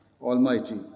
Almighty